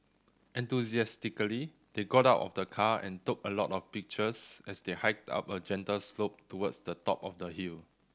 enthusiastically they got out of the car and took a lot of pictures as they hiked up a gentle slope towards the top of the hill